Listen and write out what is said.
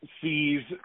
sees